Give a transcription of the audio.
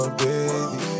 baby